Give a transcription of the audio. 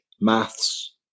maths